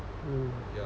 mm